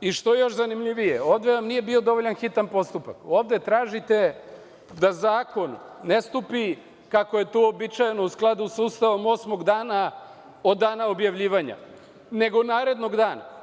i, što je još zanimljivije, ovde vam nije bio dovoljan hitan postupak, ovde tražite da zakon ne stupi kako je to uobičajeno, u skladu sa Ustavom, osmog dana od dana objavljivanja, nego narednog dana.